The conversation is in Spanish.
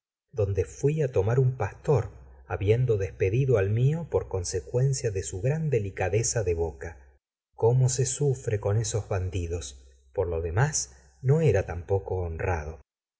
donde fui para tomar un pastor habiendo despedido al mío por consecuencia de su gran delicadeza de boca cómo se sufre con esos bandidos por lo demás no era tampoco honrado